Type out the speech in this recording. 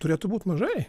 turėtų būt mažai